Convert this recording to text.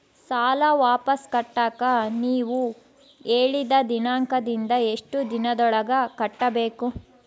ಸಾಲ ವಾಪಸ್ ಕಟ್ಟಕ ನೇವು ಹೇಳಿದ ದಿನಾಂಕದಿಂದ ಎಷ್ಟು ದಿನದೊಳಗ ಕಟ್ಟಬೇಕು?